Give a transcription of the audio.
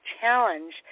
Challenge